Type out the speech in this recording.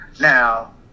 now